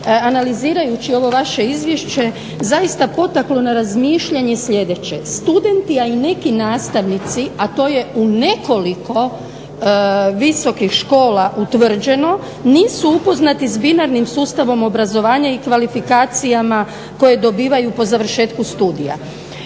analizirajući ovo vaše izvješće zaista potaklo na razmišljanje sljedeće. Studenti a i neki nastavnici, a to je u nekoliko visokih škola utvrđeno nisu upoznati s binarnim sustavom obrazovanja i kvalifikacijama koje dobivaju po završetku studija.